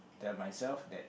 tell myself that